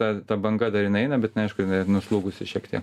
ta ta banga dar jinai eina bet jinai aišku jinai nuslūgusi šiek tiek